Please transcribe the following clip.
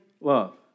love